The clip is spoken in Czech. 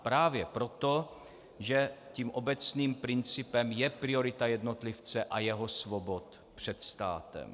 Právě proto, že tím obecným principem je priorita jednotlivce a jeho svobod před státem.